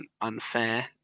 unfair